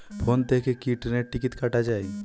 Phone থেকে কি ট্রেনের টিকিট কাটা য়ায়?